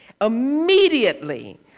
Immediately